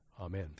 Amen